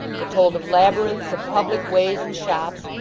that told of labyrinths of public ways and shops,